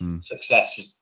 success